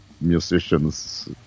musicians